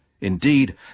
Indeed